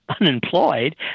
unemployed